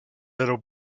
little